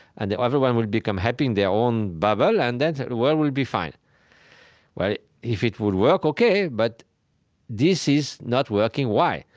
and everyone will become happy in their own bubble, and then the world will be fine well, if it would work, ok, but this is not working. why?